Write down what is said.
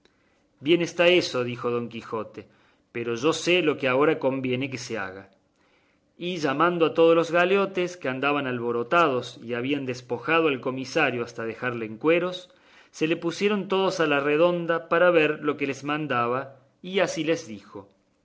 bien está eso dijo don quijote pero yo sé lo que ahora conviene que se haga y llamando a todos los galeotes que andaban alborotados y habían despojado al comisario hasta dejarle en cueros se le pusieron todos a la redonda para ver lo que les mandaba y así les dijo